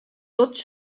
tots